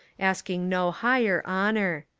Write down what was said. asking no higher honour.